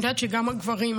אני יודעת שגם הגברים,